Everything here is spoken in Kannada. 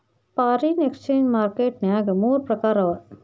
ಫಾರಿನ್ ಎಕ್ಸ್ಚೆಂಜ್ ಮಾರ್ಕೆಟ್ ನ್ಯಾಗ ಮೂರ್ ಪ್ರಕಾರವ